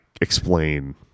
explain